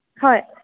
হয়